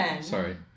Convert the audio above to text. sorry